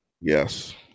Yes